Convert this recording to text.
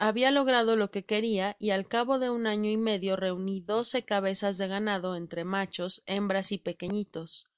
habia logrado lo que queria y al cabo de año y medio reuni doce cabezas de ganado entre machos hembra y pequeñitos